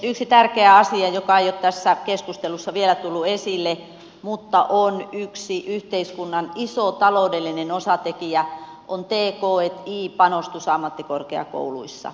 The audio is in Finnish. yksi tärkeä asia joka ei ole tässä keskustelussa vielä tullut esille mutta on yksi yhteiskunnan iso taloudellinen osatekijä on t k i panostus ammattikorkeakouluissa